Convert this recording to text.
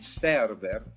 server